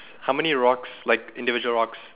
how many rocks like individual rocks